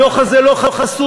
הדוח הזה לא חסוי,